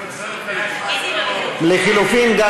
לחלופין גם